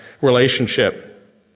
relationship